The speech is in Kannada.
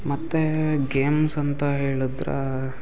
ಮತ್ತು ಗೇಮ್ಸ್ ಅಂತ ಹೇಳದ್ರೆ